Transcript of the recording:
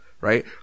right